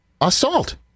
assault